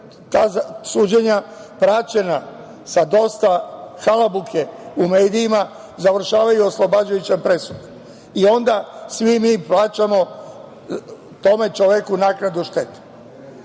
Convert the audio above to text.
ta suđenja praćena sa dosta halabuke u medijima završavaju sa oslobađajućim presudama. Onda svi mi plaćamo tom čoveku naknadu štete.U